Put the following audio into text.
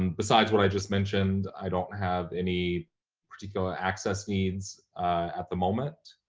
um besides what i just mentioned, i don't have any particular access needs at the moment.